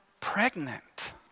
pregnant